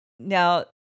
Now